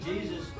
Jesus